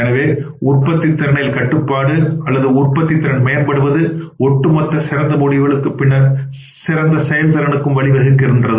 எனவே உற்பத்தித்திறனில் கட்டுப்பாடு அல்லது உற்பத்தித்திறன் மேம்படுவது ஒட்டுமொத்த சிறந்த முடிவுகளுக்கும் பின்னர் சிறந்த செயல்திறனுக்கும் வழிவகுக்கிறது